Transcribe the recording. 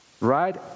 right